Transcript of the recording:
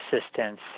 assistance